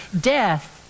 death